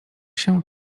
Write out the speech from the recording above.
się